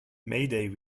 mayday